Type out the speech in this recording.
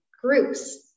groups